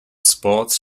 sports